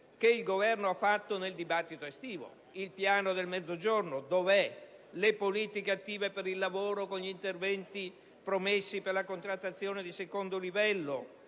che il Governo ha fatto nel dibattito estivo. Dov'è il piano per il Mezzogiorno? Dove sono le politiche attive per il lavoro e gli interventi promessi per la contrattazione di secondo livello,